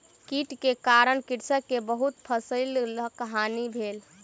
कीट के कारण कृषक के बहुत फसिलक हानि भेल